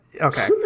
Okay